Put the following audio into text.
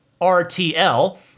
RTL